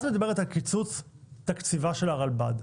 את מדברת על קיצוץ תקציבה של הרלב"ד,